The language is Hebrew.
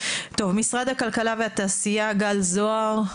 משרד הכלכלה והתעשייה, גל זהר.